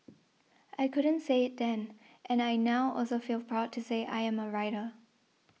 I couldn't say then and I now also feel proud to say I am a writer